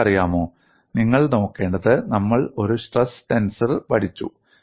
നിങ്ങൾക്കറിയാമോ നിങ്ങൾ നോക്കേണ്ടത് നമ്മൾ ഒരു സ്ട്രെസ് ടെൻസർ പഠിച്ചു